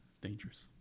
dangerous